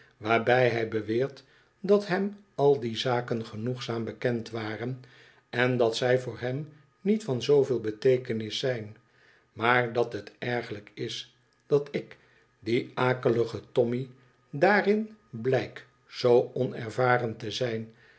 waarbij hij beweert dat hem al die zaken genoegzaam bekend waren en dat zij voor hem niet van zooveel beteekenis zijn maar dat het ergerlijk is dat ik die akelige tommy daarin blijk zoo onervaren te zijn